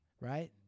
right